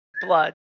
Blood